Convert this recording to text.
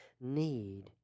need